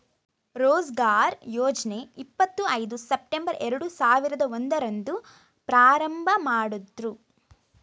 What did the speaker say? ರೋಜ್ಗಾರ್ ಯೋಜ್ನ ಇಪ್ಪತ್ ಐದು ಸೆಪ್ಟಂಬರ್ ಎರಡು ಸಾವಿರದ ಒಂದು ರಂದು ಪ್ರಾರಂಭಮಾಡುದ್ರು